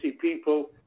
people